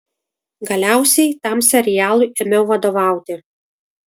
galiausiai tam serialui ėmiau vadovauti